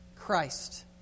Christ